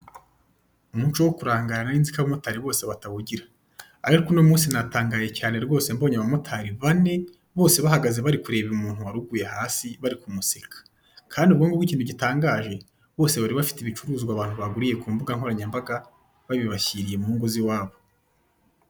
Umuco wo kurangarana narinziko abamotari bose batawugira, ariko uno munsi natangaye cyane rwose mbonye abamotari bane, bose bahagaze bari kureba umuntu waruguye hasi bari kumuseka kandi ubwo ngubwo ikintu gitangaje bose bari bafite ibicuruzwa abantu baguriye ku mbuga nkoranyambaga babibashyiriye mungo z'iwabo.